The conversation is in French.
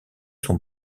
son